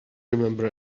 remember